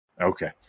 Okay